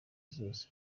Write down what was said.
zose